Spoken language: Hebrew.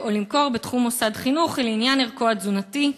או למכור בתחום מוסד חינוך לעניין ערכו התזונתי,